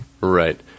Right